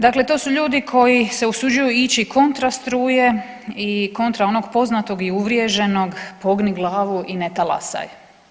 Dakle to su ljudi koji se usuđuju ići kontra struje i kontra onog poznatog i uvriježenog pogni glavu i ne talasaj.